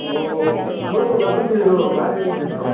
ꯑꯣ ꯑꯗꯣ ꯑꯗꯨ ꯐꯤꯜꯗꯣ ꯚꯥꯏ ꯍꯣꯏꯒꯤ ꯅꯠꯇ꯭ꯔꯣ